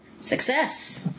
Success